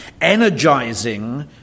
energizing